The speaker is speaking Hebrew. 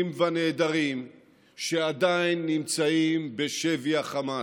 והנעדרים שעדיין נמצאים בשבי החמאס.